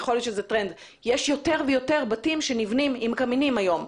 יכול להיות שזה טרנד יש יותר ויותר בתים שנבנים עם קמינים היום.